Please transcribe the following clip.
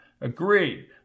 Agreed